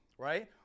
Right